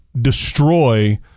destroy